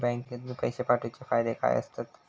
बँकेतून पैशे पाठवूचे फायदे काय असतत?